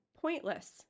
pointless